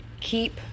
keep